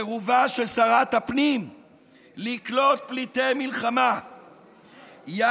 סירובה של שרת הפנים לקלוט פליטי מלחמה יחד